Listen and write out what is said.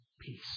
peace